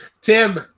Tim